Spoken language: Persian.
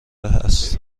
است